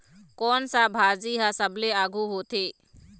कोन सा भाजी हा सबले आघु होथे?